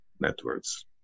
networks